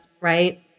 right